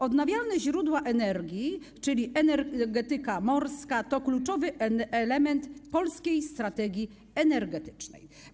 Odnawialne źródła energii, czyli energetyka morska, to kluczowy element polskiej strategii energetycznej.